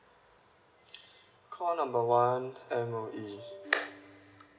call number one M_O_E